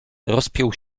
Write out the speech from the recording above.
rozpiął